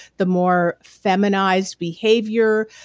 the more feminized behavior,